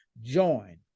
join